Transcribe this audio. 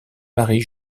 marie